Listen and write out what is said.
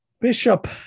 Bishop